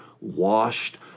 washed